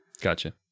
gotcha